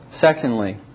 Secondly